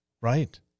Right